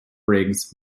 briggs